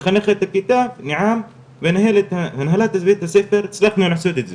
מחנכת הכיתה ניעם והנהלת בית הספר הצלחנו לעשות את זה,